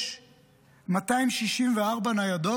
יש 264 ניידות.